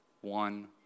one